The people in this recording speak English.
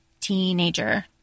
teenager